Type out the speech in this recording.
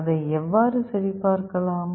அதை எவ்வாறு சரிபார்க்கலாம்